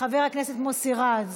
חבר הכנסת מוסי רז,